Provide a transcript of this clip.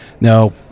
No